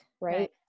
Right